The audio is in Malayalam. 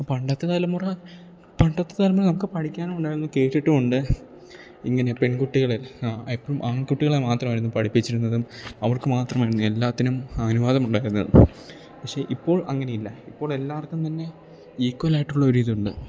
പണ്ടത്തെ തലമുറ പണ്ടത്തെ തലമുറ നമുക്ക് പഠിക്കാനും ഉണ്ടായിരുന്നു കേട്ടിട്ടും ഉണ്ട് ഇങ്ങനെ പെൺകുട്ടികളെ ആ എപ്പഴും ആൺകുട്ടികളെ മാത്രമായിരുന്നു പഠിപ്പിച്ചിരുന്നതും അവർക്ക് മാത്രമായിരുന്നു എല്ലാത്തിനും അനുവാദം ഉണ്ടായിരുന്നത് പക്ഷേ ഇപ്പോൾ അങ്ങനെയില്ല ഇപ്പോൾ എല്ലാർക്കും തന്നെ ഈക്വൽ ആയിട്ടുള്ള ഒരിതുണ്ട്